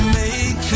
make